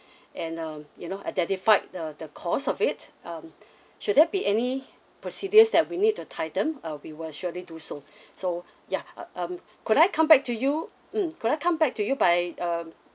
and uh you know identified the the cause of it um should there be any procedures that we need to tighten uh we will surely do so so ya uh um could I come back to you mm could I come back to you by um